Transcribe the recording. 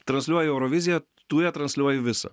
transliuoji euroviziją tai ją transliuoji visą